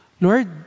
Lord